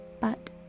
but